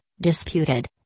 disputed